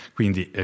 Quindi